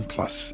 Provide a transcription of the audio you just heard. Plus